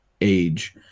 age